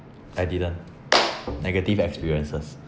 I didn't negative experiences